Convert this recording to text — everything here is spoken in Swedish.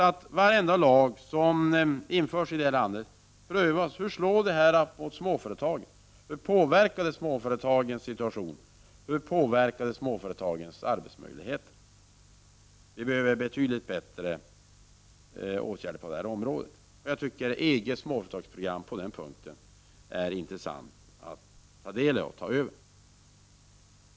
1989/90:45 tigt att man prövar hur varenda lag som införs i detta land slår mot småföre 13 december 1989 tagen och hur den påverkar småföretagens situation och arbetsmöjligheter. = Ass oo Vi behöver betydligt bättre åtgärder på detta område. EG:s småföretagsprogram är något som är intressant att ta del av och införa.